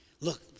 Look